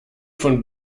von